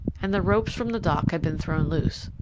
and the ropes from the dock had been thrown loose.